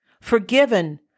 forgiven